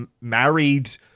married